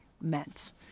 meant